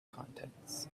contents